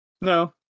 No